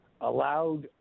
allowed